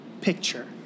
picture